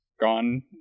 gone